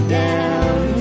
down